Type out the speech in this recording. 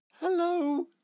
Hello